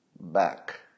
back